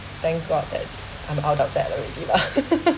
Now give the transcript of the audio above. thank god that I'm out about that already lah